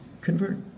convert